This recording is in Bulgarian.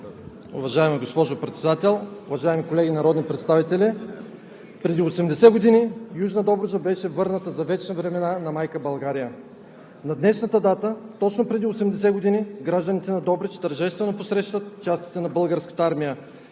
Уважаема госпожо Председател, уважаеми колеги народни представители! Преди 80 години Южна Добруджа беше върната за вечни времена на Майка България. На днешната дата точно преди 80 години гражданите на Добрич тържествено посрещат частите на Българската армия,